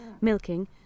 milking